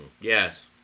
Yes